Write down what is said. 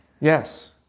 Yes